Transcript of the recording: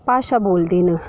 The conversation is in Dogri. भाशा बोलदे न